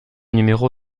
numéro